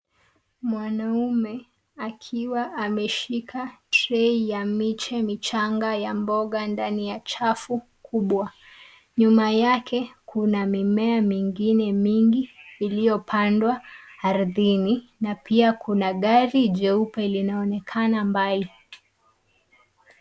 Mwanaume akiwa ameshika trei ya miche michanga ya mboga ndani ya chafu kubwa , nyuma yake kuna mimea mingine mingi iliyopandwa ardhini na pia kuna gari jeupe linaonekana mbali.